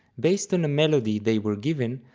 based on a melody they were given,